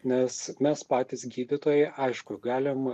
nes mes patys gydytojai aišku galim